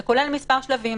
שכולל מספר שלבים